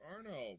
Arno